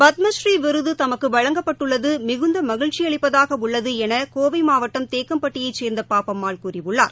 பத்மடுநீ விருது தமக்கு வழங்கப்பட்டுள்ளது மிகுந்த மகிழ்ச்சி அளிப்பதாக உள்ளது என கோவை மாவட்டம் தேக்கம்பட்டியை சேர்ந்த பாப்பம்மாள் கூறியுள்ளார்